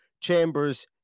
Chambers